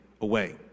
away